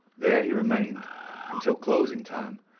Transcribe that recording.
there he remained until closing time,